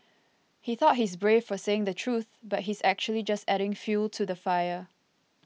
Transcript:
he thought he's brave for saying the truth but he's actually just adding fuel to the fire